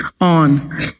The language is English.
on